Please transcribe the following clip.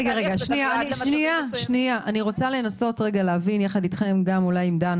אני רוצה לנסות להבין אתכם, גם עם דן